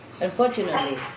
Unfortunately